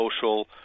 social